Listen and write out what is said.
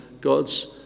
God's